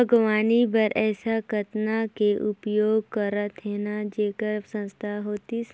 बागवानी बर ऐसा कतना के उपयोग करतेन जेमन सस्ता होतीस?